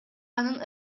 анын